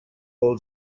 old